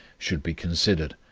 should be considered,